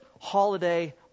holiday